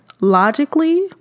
Logically